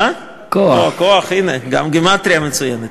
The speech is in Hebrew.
"כֹּח", הנה, גם גימטריה מצוינת.